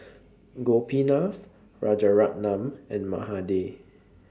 Gopinath Rajaratnam and Mahade